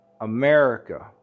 america